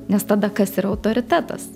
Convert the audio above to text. nes tada kas yra autoritetas